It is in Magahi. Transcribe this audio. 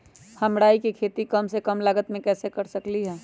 हम राई के खेती कम से कम लागत में कैसे कर सकली ह?